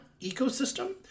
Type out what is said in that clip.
ecosystem